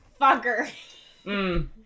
Fucker